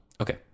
Okay